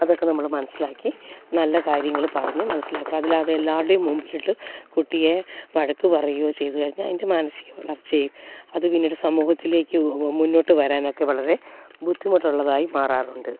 അതൊക്കെ നമ്മൾ മനസ്സിലാക്കി നല്ല കാര്യങ്ങൾ പറഞ്ഞ് മനസ്സിലാക്കുക അല്ലാതെ എല്ലാരുടെയും മുമ്പിലിട്ട് കുട്ടിയെ വഴക്ക് പറയോ ചെയ്ത് കഴിഞ്ഞാൽ അതിൻ്റെ മാനസിക വളർച്ചയും അത് പിന്നൊരു സമൂഹത്തിലേക്ക് മുന്നോട്ടു വരാനൊക്കെ വളരെ ബുദ്ധിമുട്ടുള്ളതായി മാറാറുണ്ട്